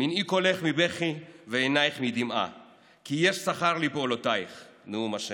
מנעי קולך מבכי ועיניך מדמעה כי יש שכר לפעֻלתך נאֻם ה'